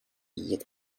yet